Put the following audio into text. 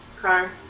car